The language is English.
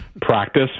practice